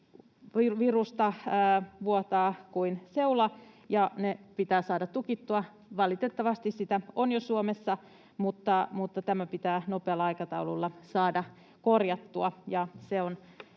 virusta vuotaa kuin seulasta ja ne pitää saada tukittua. Valitettavasti sitä on jo Suomessa, mutta tämä pitää nopealla aikataululla saada korjattua,